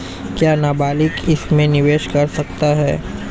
क्या नाबालिग इसमें निवेश कर सकता है?